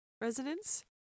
resonance